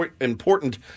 important